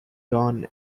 john